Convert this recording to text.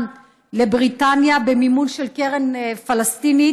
גם לבריטניה, במימון של קרן פלסטינית.